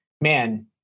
man